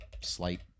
slight